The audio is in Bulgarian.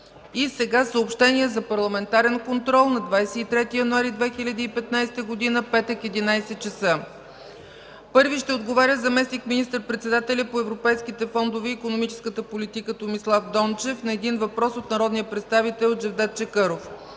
И сега съобщения за Парламентарен контрол на 23 януари 2015 г., петък, 11,00 ч.: Първи ще отговаря заместник министър-председателят по европейските фондове и икономическата политика Томислав Дончев на 1 въпрос от народния представител Джевдет Чакъров.